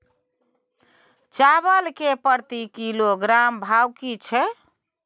चावल के प्रति किलोग्राम भाव की छै?